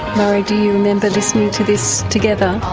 morrie, do you remember listening to this together?